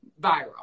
Viral